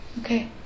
Okay